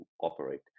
operate